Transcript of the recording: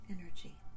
energy